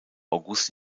august